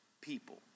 people